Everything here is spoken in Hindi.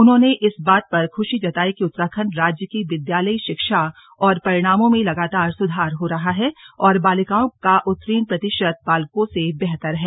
उन्होंने इस बात पर खुशी जताई कि उत्तराखण्ड राज्य की विद्यालयी शिक्षा और परिणामों में लगातार सुधार हो रहा है और बालिकाओं का उत्तीर्ण प्रतिशत बालकों से बेहतर है